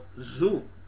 Zoom